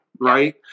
right